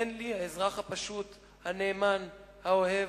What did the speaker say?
אין לי, האזרח הפשוט, הנאמן, האוהב,